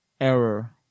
error